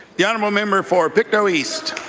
the honourable member for pictou east.